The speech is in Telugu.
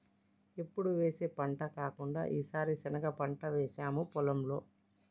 ఎప్పుడు వేసే పంట కాకుండా ఈసారి శనగ పంట వేసాము పొలంలో